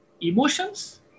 emotions